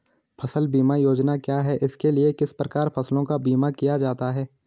फ़सल बीमा योजना क्या है इसके लिए किस प्रकार फसलों का बीमा किया जाता है?